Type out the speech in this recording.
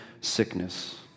sickness